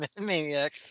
maniac